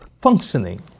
functioning